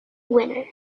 winner